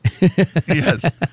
Yes